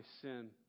sin